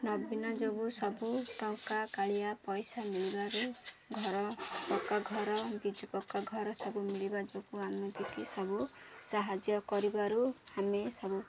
ନବୀନ ଯୋଗୁଁ ସବୁ ଟଙ୍କା କାଳିଆ ପଇସା ମିଳିବାରୁ ଘର ପକ୍କା ଘର ବିଜୁ ପକ୍କା ଘର ସବୁ ମିଳିବା ଯୋଗୁଁ ଆମେ ଦେଇକରି ସବୁ ସାହାଯ୍ୟ କରିବାରୁ ଆମେ ସବୁ